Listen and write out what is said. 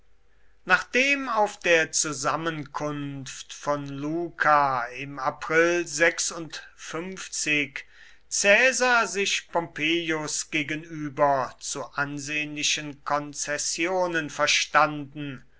nachdem auf der zusammenkunft von luca im april caesar sich pompeius gegenüber zu ansehnlichen konzessionen verstanden